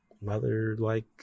mother-like